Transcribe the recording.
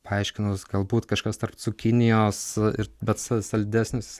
paaiškinus galbūt kažkas tarp cukinijos ir bet saldesnis